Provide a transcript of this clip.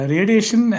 Radiation